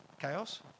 Chaos